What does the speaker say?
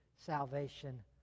salvation